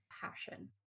passion